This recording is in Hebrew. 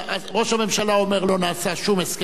ראש הממשלה אומר: לא נעשה שום הסכם נוסף.